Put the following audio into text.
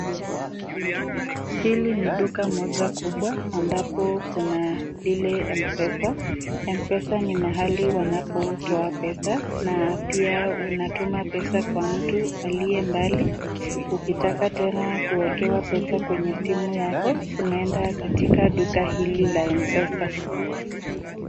Hili ni duka moja kubwa ambapo kuna lile M-PESA. M-PESA ni mahali wanapotoa pesa na pia unatuma pesa kwa mtu aliye mbali, ukitaka tena kuwekewa pesa kwenye simu yako unaenda katika duka hili la M-PESA.